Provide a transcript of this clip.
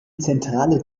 zentrale